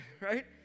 right